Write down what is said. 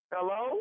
Hello